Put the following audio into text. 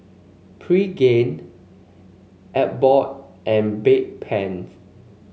Pregain Abbott and Bedpans